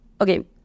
okay